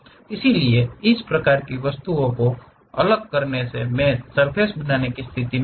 इसलिए इस प्रकार की वस्तुओं को अलग करने से मैं सर्फ़ेस बनाने की स्थिति में रहूँगा